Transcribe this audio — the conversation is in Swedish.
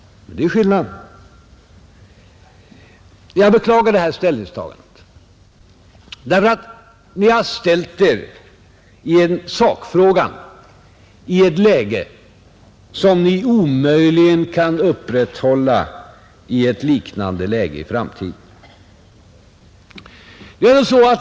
Det är skillnaden. Jag beklagar detta ställningstagande därför att ni i en sakfråga har ställt er i ett läge som ni omöjligen kan upprätthålla i ett liknande läge i framtiden.